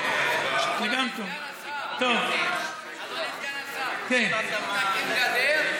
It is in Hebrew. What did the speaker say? אדוני סגן השר, אתה תקים גדר,